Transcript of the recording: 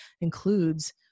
includes